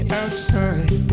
outside